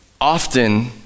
often